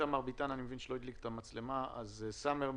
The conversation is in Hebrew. סאמר מועלם,